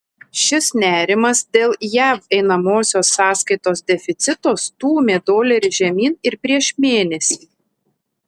šis nerimas dėl jav einamosios sąskaitos deficito stūmė dolerį žemyn ir prieš mėnesį